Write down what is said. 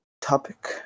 topic